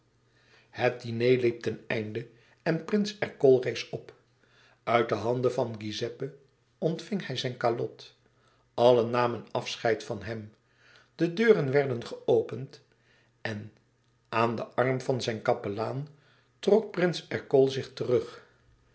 het diner liep ten einde en prins ercole rees op uit de handen van giuseppe ontving hij zijn kalot allen namen afscheid van hem de deuren werden geopend en aan den arm van zijn kapelaan trok prins ercole zich terug